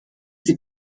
sie